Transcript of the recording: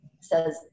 says